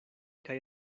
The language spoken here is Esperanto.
kaj